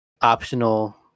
optional